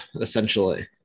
essentially